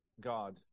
God